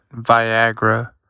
Viagra